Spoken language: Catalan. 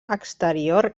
exterior